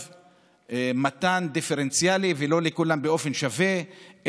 מתן דיפרנציאלי ולא לכולם באופן שווה,